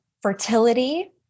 fertility